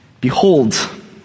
behold